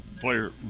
Player